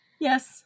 Yes